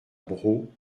braux